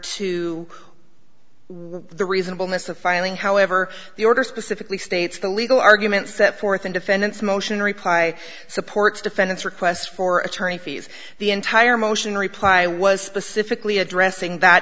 to the reasonableness of filing however the order specifically states the legal arguments set forth in defendant's motion reply support defendant's request for attorney fees the entire motion reply was specifically addressing that